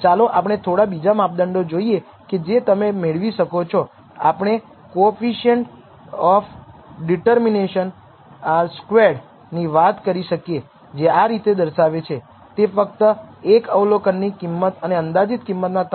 તો ચાલો આપણે આને સમારકામના ઉદાહરણ માટે અથવા સર્વિસ કરતી સમસ્યાને લાગુ કરીએ જ્યાં આપણી પાસે ચૌદ ડેટા પોઇન્ટ છે અને સમય અને વિવિધ સેલ્સમેન દ્વારા રિપેર કરાયેલા યુનિટની સંખ્યા